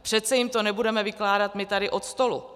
Přece jim to nebudeme vykládat my tady od stolu.